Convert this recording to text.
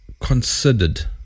considered